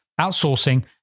outsourcing